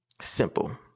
Simple